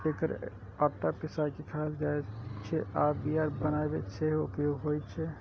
एकर आटा पिसाय के खायल जाइ छै आ बियर बनाबै मे सेहो उपयोग होइ छै